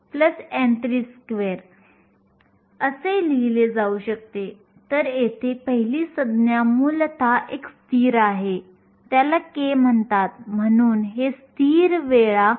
बहुतेक घन पदार्थांच्या बाबतीत आम्ही असे म्हणू शकतो की गतीज ऊर्जा अंदाजे औष्णिक ऊर्जेच्या बरोबरीची असते ही अंदाजे 32 kT च्या बरोबरीची असते जेथे k बोल्टझमॅन स्थिरांक असते k चे मूल्य 1